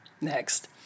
next